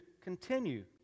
continue